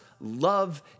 love